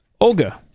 Olga